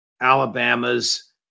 Alabama's